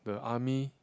the army